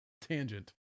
tangent